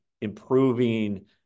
improving